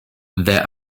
there